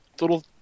little